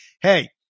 hey